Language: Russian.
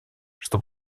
что